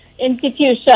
Institution